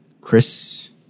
Chris